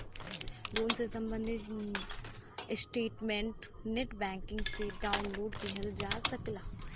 loan से सम्बंधित statement net banking से डाउनलोड किहल जा सकला